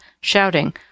shouting